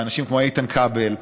ואנשים כמו איתן כבל,